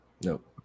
nope